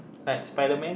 like spiderman